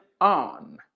on